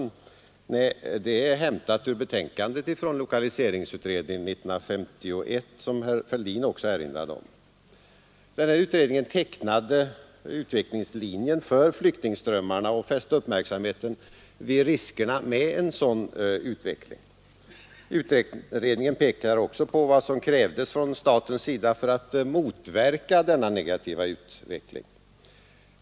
Nej, det var ord hämtade ur betänkandet från lokaliseringsutredningen 1951, som herr Fälldin också erinrade om. Den här utredningen tecknade utvecklingslinjen för flyttningsströmmarna och fäste uppmärksamheten vid riskerna med en sådan utveckling. Utredningen pekar också på vad som krävdes från statens sida för att motverka denna negativa utveckling.